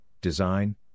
design